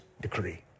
decree